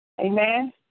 Amen